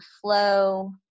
flow